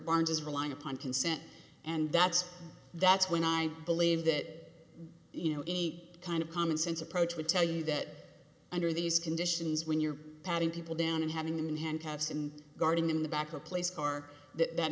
bond is relying upon consent and that's that's when i believe that you know any kind of commonsense approach would tell you that under these conditions when you're patting people down and having them in handcuffs and guarding them in the back a place car that that